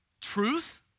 truth